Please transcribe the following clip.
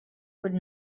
could